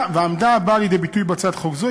והעמדה הבאה לידי ביטוי בהצעת חוק זו